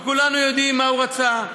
וכולנו יודעים מה הוא רצה.